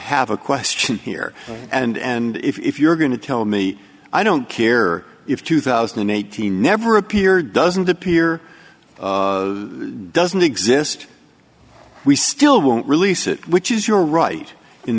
have a question here and if you're going to tell me i don't care if two thousand and eighteen never appeared doesn't appear doesn't exist we still won't release it which is your right in